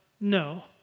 no